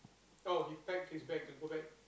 oh he packed his bag to go back